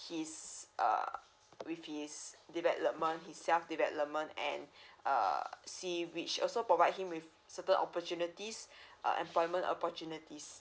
his err with his development his self development and err see which also provide him with certain opportunities uh employment opportunities